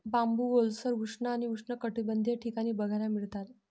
बांबू ओलसर, उष्ण आणि उष्णकटिबंधीय ठिकाणी बघायला मिळतात